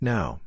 Now